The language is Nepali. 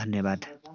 धन्यवाद